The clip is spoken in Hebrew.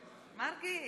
כמה בעד?